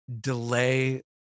delay